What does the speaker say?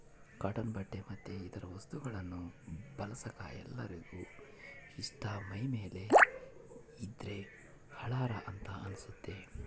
cotton ಬಟ್ಟೆ ಮತ್ತೆ ಇತರ ವಸ್ತುಗಳನ್ನ ಬಳಸಕ ಎಲ್ಲರಿಗೆ ಇಷ್ಟ ಮೈಮೇಲೆ ಇದ್ದ್ರೆ ಹಳಾರ ಅಂತ ಅನಸ್ತತೆ